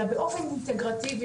אלא באופן אינטגרטיבי,